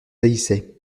haïssais